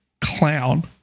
Clown